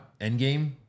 endgame